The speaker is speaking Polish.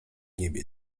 niebie